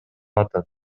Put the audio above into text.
атат